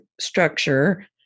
structure